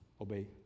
Obey